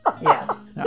Yes